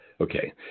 Okay